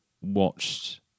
watched